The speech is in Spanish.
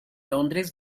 londres